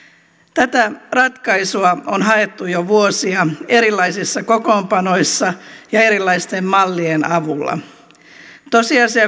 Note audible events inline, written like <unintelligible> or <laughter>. tätä ratkaisua on haettu jo vuosia erilaisissa kokoonpanoissa ja erilaisten mallien avulla tosiasia <unintelligible>